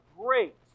great